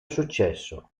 successo